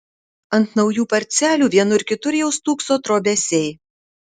ant naujų parcelių vienur kitur jau stūkso trobesiai